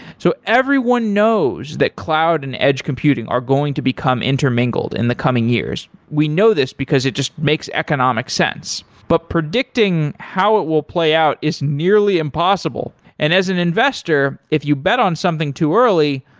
so everyone knows that cloud and edge computing are going to become inter-mingled in the coming years. we know this, because it just makes economic sense but predicting how it will play out is nearly impossible. and as an investor, if you bet on something too early,